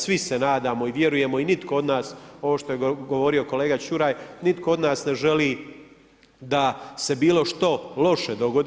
Svi se nadamo i vjerujemo i nitko od nas, ovo što je govorio kolega Čuraj, nitko od nas ne želi da se bilo što loše dogodi.